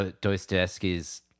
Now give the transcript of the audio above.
Dostoevsky's